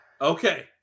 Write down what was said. Okay